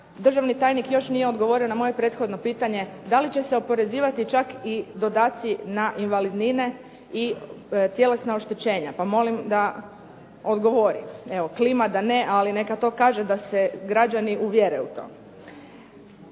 državni tajnik još nije odgovorio na moje prethodno pitanje da li će se oporezivati čak i dodaci na invalidnine i tjelesna oštećenja. Pa molim da odgovori. Evo klima da ne, ali neka to kaže da se građani uvjere u to.